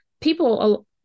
people